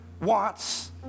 wants